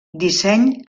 disseny